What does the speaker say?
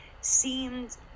seemed